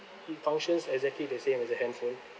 it functions exactly the same as a handphone